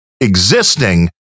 existing